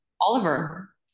Oliver